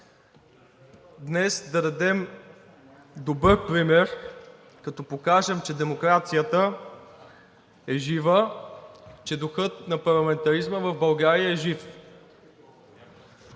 днес да дадем добър пример, като покажем, че демокрацията е жива, че духът на парламентаризма в България е жив.